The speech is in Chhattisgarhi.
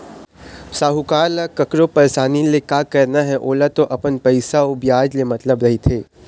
साहूकार ल कखरो परसानी ले का करना हे ओला तो अपन पइसा अउ बियाज ले मतलब रहिथे